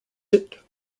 hit